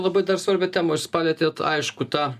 labai dar svarbią temą jūs palietėt aišku tą